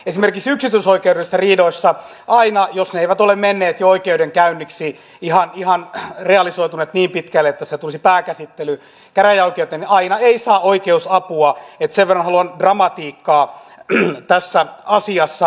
esimerkiksi yksityisoikeudellisissa riidoissa aina jos ne eivät ole menneet jo oikeudenkäynniksi eivät ole ihan realisoituneet niin pitkälle että siitä tulisi pääkäsittely käräjäoikeuteen ei saa oikeusapua että sen verran haluan dramatiikkaa tässä asiassa vähentää